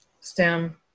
stem